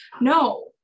no